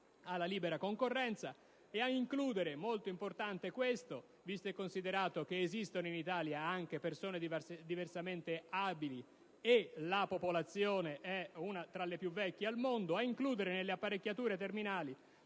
alla libera concorrenza); di includere - richiesta molto importante visto e considerato che esistono in Italia anche persone diversamente abili e la popolazione è una tra le più vecchie al mondo - nelle apparecchiature terminali